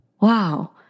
wow